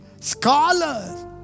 Scholars